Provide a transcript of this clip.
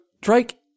Drake